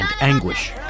anguish